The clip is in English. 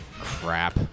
Crap